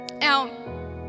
Now